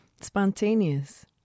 Spontaneous